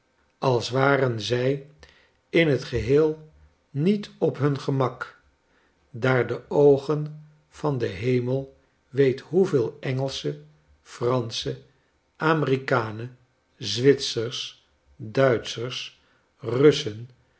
als waren zij in het geheel niet op hun gemak daar de oogen van de hemel weet hoeveel engelschen franschen amerikanen zwitsers duitschers russen